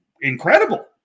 incredible